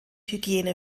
hygiene